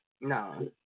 No